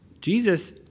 Jesus